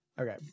Okay